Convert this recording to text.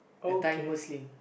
a Thai Muslim